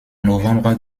novembre